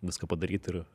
viską padaryt ir